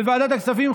בוועדת הכספים,